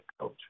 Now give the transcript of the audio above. coach